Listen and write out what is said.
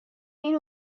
این